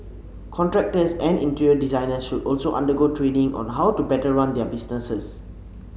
contractors and interior designers should also undergo training on how to better run their businesses